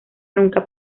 nunca